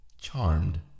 Charmed